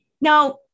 Now